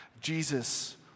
Jesus